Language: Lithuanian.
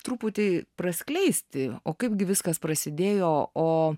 truputį praskleisti o kaipgi viskas prasidėjo o